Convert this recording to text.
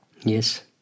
Yes